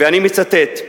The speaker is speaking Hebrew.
ואני מצטט: